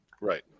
Right